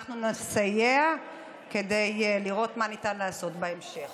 אנחנו נסייע כדי לראות מה ניתן לעשות בהמשך.